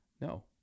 no